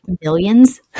millions